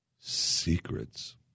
secrets